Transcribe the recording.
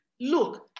Look